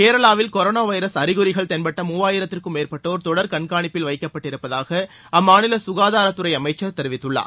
கேரளாவில் corona virus அறிகுறிகள் தென்பட்ட மூவாயிரத்திற்கும் மேற்பட்டோர் தொடர் கண்காணிப்பில் வைக்கப்பட்டிருப்பதாக திருமதி கே கே ஷைலஜா தெரிவித்துள்ளார்